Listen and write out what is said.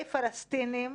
פלסטינים